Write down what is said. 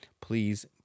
Please